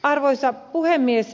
arvoisa puhemies